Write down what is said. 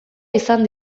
izan